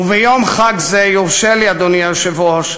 וביום חג זה יורשה לי, אדוני היושב-ראש,